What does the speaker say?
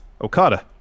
Okada